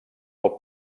del